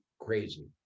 crazy